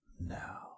now